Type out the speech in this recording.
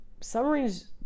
submarines